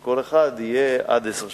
שכל אחד יהיה עד עשר שנים.